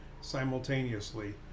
simultaneously